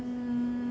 um